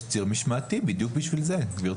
יש ציר משמעתי בשביל זה גבירתי.